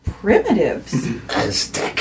Primitives